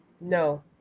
No